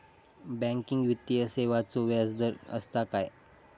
Banking वित्तीय सेवाचो व्याजदर असता काय?